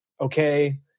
okay